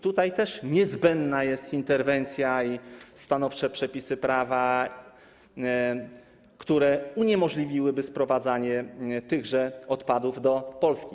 Tutaj też niezbędna jest interwencja i niezbędne są stanowcze przepisy prawa, które uniemożliwiłyby sprowadzanie tychże odpadów do Polski.